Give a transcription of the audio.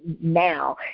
now